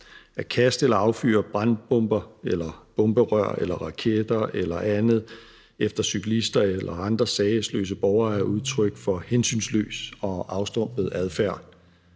At kaste eller affyre brandbomber, bomberør, raketter eller andet efter cyklister eller andre sagesløse borgere er udtryk for hensynsløs og afstumpet adfærd.